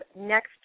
Next